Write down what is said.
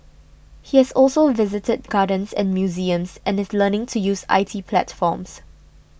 he has also visited gardens and museums and is learning to use I T platforms